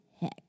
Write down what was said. heck